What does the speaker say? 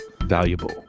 Valuable